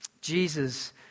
Jesus